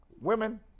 Women